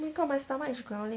oh my god my stomach is growling